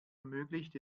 ermöglicht